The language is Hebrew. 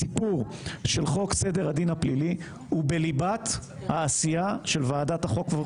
הסיפור של חוק סדר הדין הפלילי הוא בליבת העשייה של ועדת החוקה,